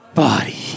Body